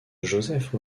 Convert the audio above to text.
joseph